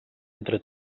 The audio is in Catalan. entre